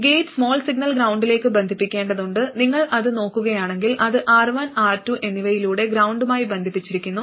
gate small signal ഗ്രൌണ്ടിലേക്ക് ബന്ധിപ്പിക്കേണ്ടതുണ്ട് നിങ്ങൾ അത് നോക്കുകയാണെങ്കിൽ അത് R1 R2 എന്നിവയിലൂടെ ഗ്രൌണ്ടുമായി ബന്ധിപ്പിച്ചിരിക്കുന്നു